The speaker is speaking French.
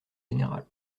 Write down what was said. général